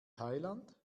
thailand